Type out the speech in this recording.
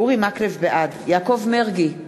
בעד יעקב מרגי,